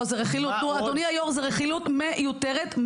אדוני היו"ר זאת רכילות מיותרת,